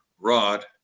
Rod